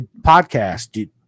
podcast